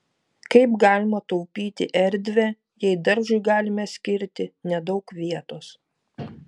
kaip galima taupyti erdvę jei daržui galime skirti nedaug vietos